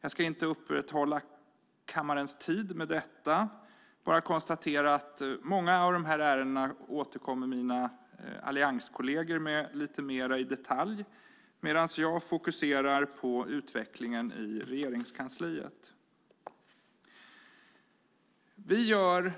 Jag ska inte uppta kammarens tid med detta utan bara konstatera att mina allianskolleger återkommer i många av dessa ärenden lite mer i detalj, medan jag fokuserar på utvecklingen i Regeringskansliet. Vissa av